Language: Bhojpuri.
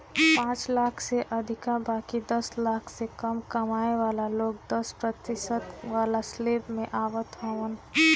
पांच लाख से अधिका बाकी दस लाख से कम कमाए वाला लोग दस प्रतिशत वाला स्लेब में आवत हवन